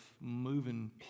moving